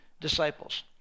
disciples